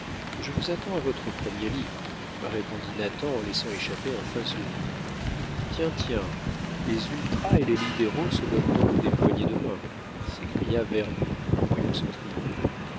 je vous attends à votre premier livre répondit nathan en laissant échapper un fin sourire tiens tiens les ultras et les libéraux se donnent donc des poignées de main s'écria vernou en voyant ce